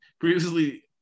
previously